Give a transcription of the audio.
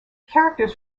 characters